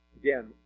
Again